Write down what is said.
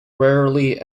rarely